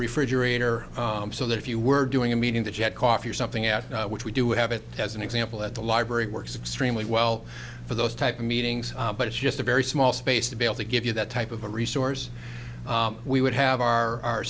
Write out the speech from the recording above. refrigerator so that if you were doing a meeting that you had coffee or something at which we do have it as an example that the library works extremely well for those type of meetings but it's just a very small space to be able to give you that type of a resource we would have our